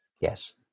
Yes